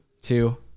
two